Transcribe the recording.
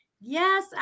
Yes